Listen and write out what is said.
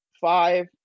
five